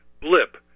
Blip